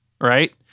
right